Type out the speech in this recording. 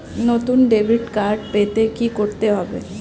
নতুন debit card পেতে কী করতে হবে?